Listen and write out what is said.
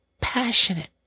passionate